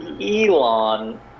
Elon